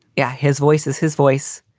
yeah. his voice is his voice.